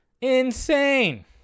Insane